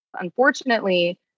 Unfortunately